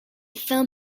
film